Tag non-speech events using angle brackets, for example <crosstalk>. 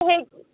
<unintelligible>